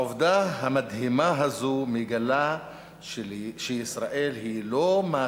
העובדה המדהימה הזו מגלה שישראל היא לא מה